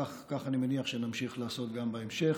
כך אני מניח שנמשיך לעשות גם בהמשך.